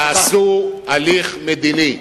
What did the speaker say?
תעשו הליך מדיני.